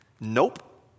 Nope